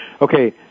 Okay